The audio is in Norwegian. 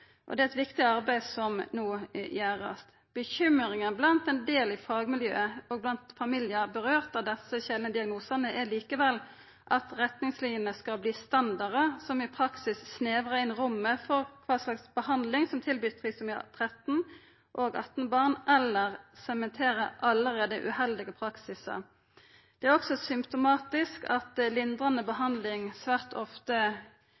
Det er eit viktig arbeid som no vert gjort. Bekymringa blant ein del i fagmiljøet og blant familiar som er råka av desse sjeldne diagnosane, er likevel at retningslinjene skal verta standardar som i praksis snevrar inn rommet for kva slags behandling som vert tilbydd trisomi 13-barn og trisomi 18-barn eller sementerer allereie uheldige praksisar. Det er også symptomatisk at lindrande behandling svært ofte